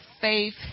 faith